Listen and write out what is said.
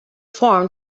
formed